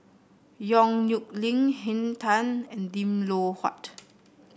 Yong Nyuk Lin Henn Tan and Lim Loh Huat